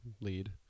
lead